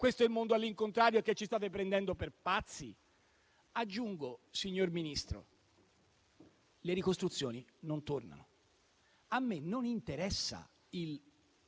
questo è il mondo all'incontrario e che ci state prendendo per pazzi? Aggiungo, signor Ministro, che le ricostruzioni non tornano. A me non interessano